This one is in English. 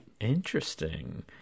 Interesting